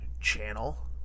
channel